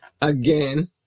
Again